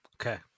Okay